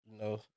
No